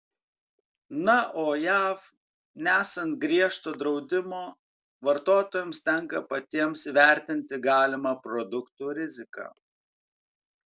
na o jav nesant griežto draudimo vartotojams tenka patiems įvertinti galimą produktų riziką